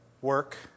work